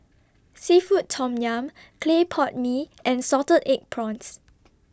Seafood Tom Yum Clay Pot Mee and Salted Egg Prawns